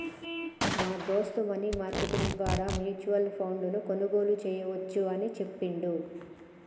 మా దోస్త్ money market ద్వారా మ్యూచువల్ ఫండ్ ను కొనుగోలు చేయవచ్చు అని చెప్పిండు